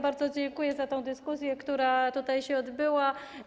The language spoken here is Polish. Bardzo dziękuję za tę dyskusję, która tutaj się odbyła.